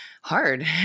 hard